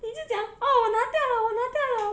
你就讲 oh 我拿掉了我拿掉了